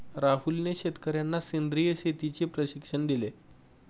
राहुलने शेतकर्यांना सेंद्रिय शेतीचे प्रशिक्षण दिले